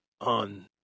on